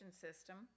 system